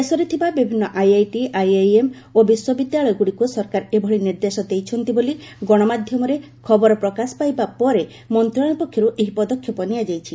ଦେଶରେ ଥିବା ବିଭିନ୍ନ ଆଇଆଇଟି ଆଇଆଇଏମ୍ ଓ ବିଶ୍ୱବିଦ୍ୟାଳୟଗ୍ରଡ଼ିକ୍ ସରକାର ଏଭଳି ନିର୍ଦ୍ଦେଶ ଦେଇଛନ୍ତି ବୋଲି ଗଣମାଧ୍ୟମରେ ଖବର ପ୍ରକାଶ ପାଇବା ପରେ ମନ୍ତ୍ରଣାଳୟ ପକ୍ଷର୍ ଏହି ପଦକ୍ଷେପ ନିଆଯାଇଛି